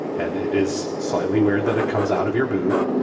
and it is slightly weird that it comes out of your boob.